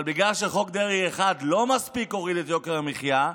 אבל בגלל שחוק דרעי 1 לא מספיק הוריד את יוקר המחיה,